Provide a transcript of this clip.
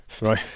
right